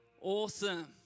awesome